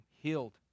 healed